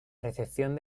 recepción